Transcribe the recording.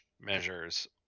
measures